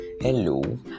Hello